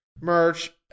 merch